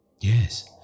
Yes